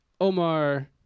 Omar